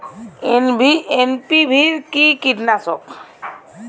NPV কি কীটনাশক?